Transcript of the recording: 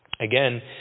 Again